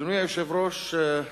אדוני היושב-ראש,